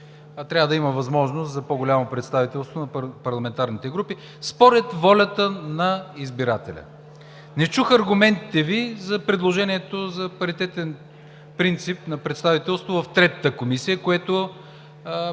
трябва да има възможност за по-голямо представителство на парламентарните групи според волята на избирателя. Не чух аргументите Ви на предложението за паритетен принцип на представителство в третата комисия, което е